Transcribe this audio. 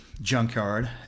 junkyard